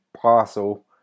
parcel